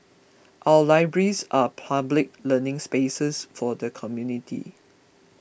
our libraries are public learning spaces for the community